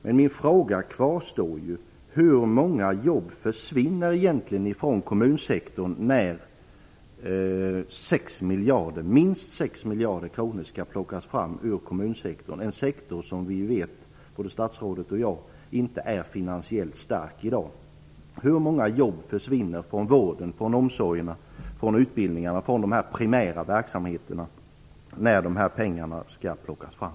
Men min fråga kvarstår: Hur många jobb försvinner egentligen från kommunsektorn när minst 6 miljarder kronor skall plockas fram från denna sektor - en sektor som både statsrådet och jag vet inte är finansiellt stark i dag? Hur många jobb försvinner alltså från vården, omsorgerna och utbildningarna, dvs. från de primära verksamheterna, när de här pengarna skall plockas fram?